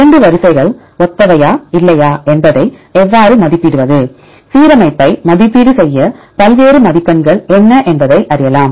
இரண்டு வரிசைகள் ஒத்தவையா இல்லையா என்பதை எவ்வாறு மதிப்பிடுவது சீரமைப்பை மதிப்பீடு செய்ய பல்வேறு மதிப்பெண்கள் என்ன என்பதை அறியலாம்